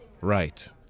Right